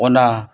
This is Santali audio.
ᱚᱱᱟ